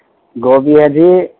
گوبھی ہے جی